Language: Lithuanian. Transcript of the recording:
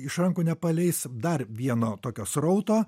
iš rankų nepaleis dar vieno tokio srauto